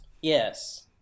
yes